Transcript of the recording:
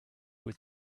with